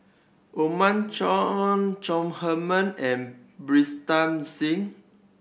Othman Chong Chong Heman and Pritam Singh